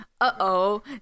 Uh-oh